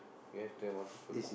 you have to have multiple